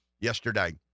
yesterday